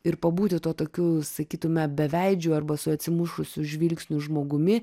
ir pabūti tuo tokiu sakytume beveidžiu arba su atsimušusiu žvilgsniu žmogumi